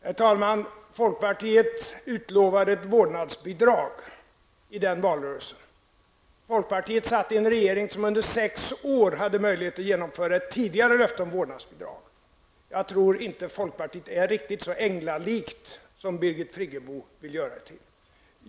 Herr talman! Folkpartiet utlovade ett vårdnadsbidrag i den valrörelsen. Folkpartiet satt i en regering som under sex år hade möjlighet att genomföra ett tidigare löfte om vårdnadsbidrag. Jag tror inte att folkpartiet är riktigt så änglalikt som Birgit Friggebo vill göra det till.